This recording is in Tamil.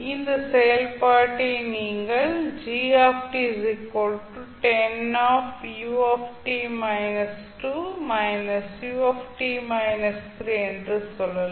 இந்த செயல்பாட்டை நீங்கள் g 10ut − 2 − ut − 3 என்று சொல்லலாம்